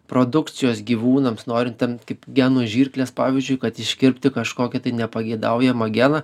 produkcijos gyvūnams norintiem kaip genų žirklės pavyzdžiui kad iškirpti kažkokį tai nepageidaujamą geną